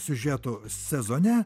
siužetų sezone